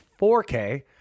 4K